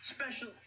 Special